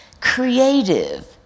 creative